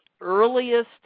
earliest